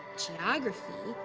geography,